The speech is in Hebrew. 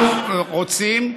אנחנו רוצים,